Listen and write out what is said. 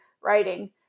writing